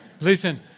Listen